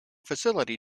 facility